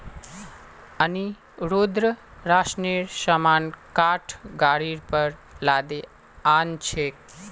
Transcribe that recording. अनिरुद्ध राशनेर सामान काठ गाड़ीर पर लादे आ न छेक